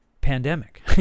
pandemic